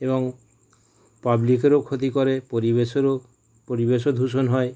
এবং পাবলিকেরও ক্ষতি করে পরিবেশেরও পরিবেশও দূষণ হয়